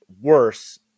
worse